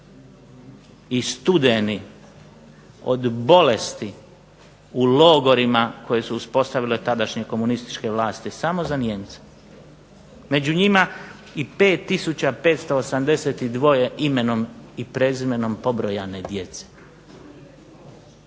i studeni, od bolesti u logorima koje su uspostavile tadašnje komunističke vlasti samo za Nijemce. Među njima i 5582 imenom i prezimenom pobrojane djece.